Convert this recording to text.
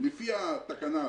לפי התקנה הזו,